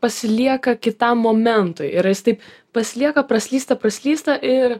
pasilieka kitam momentui ir jis taip pasilieka praslysta praslysta ir